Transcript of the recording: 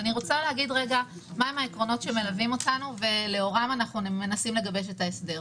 אגיד מהם העקרונות שמלווים אותנו ולאורם אנחנו מנסים לגבש את ההסדר.